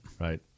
Right